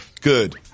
good